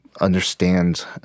understand